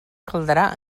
caldrà